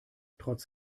trotz